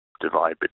divide